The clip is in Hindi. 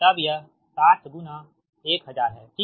तब यह 60 1000 है ठीक